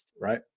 right